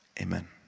Amen